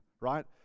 right